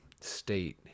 state